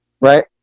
Right